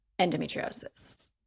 endometriosis